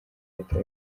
ahita